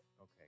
Okay